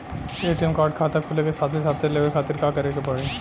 ATM card खाता खुले के साथे साथ लेवे खातिर का करे के पड़ी?